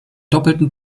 doppelten